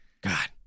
God